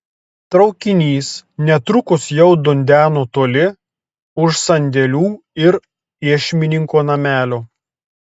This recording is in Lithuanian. traukinys netrukus jau dundeno toli už sandėlių ir už iešmininko namelio